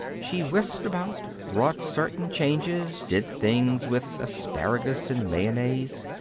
she whisked about, wrought certain changes, did things with asparagus and mayonnaise,